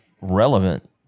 relevant